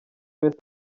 west